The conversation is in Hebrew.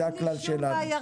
אין לי שום בעיה,